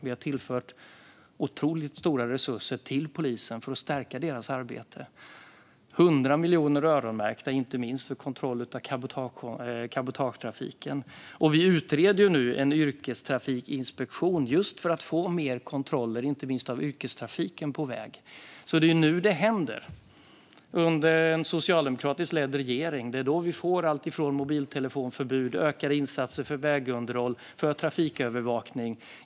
Vi har tillfört otroligt stora resurser till polisen för att stärka deras arbete. 100 miljoner är öronmärkta inte minst för kontroll av cabotagetrafiken. Vi utreder nu en yrkestrafikinspektion just för att få fler kontroller, inte minst av yrkestrafiken, på väg. Det är alltså nu det händer. Det är under en socialdemokratiskt ledd regering vi får alltifrån mobiltelefonförbud till ökade insatser för vägunderhåll och trafikövervakning.